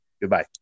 Goodbye